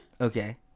Okay